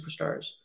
superstars